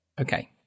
Okay